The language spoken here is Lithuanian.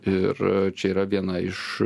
ir čia yra viena iš